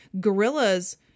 Gorillas